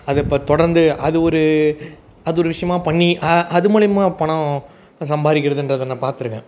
அதை இப்போ தொடர்ந்து அது ஒரு அது ஒரு விஷயமா பண்ணி அது மூலிமா பணம் சம்பாதிக்கிறதுன்றத நான் பாத்திருக்கேன்